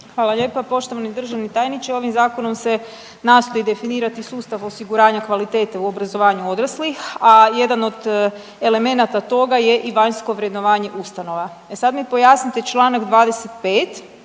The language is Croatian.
Hvala lijepa poštovani državni tajniče, ovim Zakonom se nastoji definirati sustav osiguranja kvalitete u obrazovanju odraslih, a jedan od elemenata toga je i vanjsko vrednovanje ustanova. E sad mi pojasnite čl. 25,